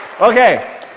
Okay